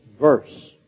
verse